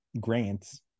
grants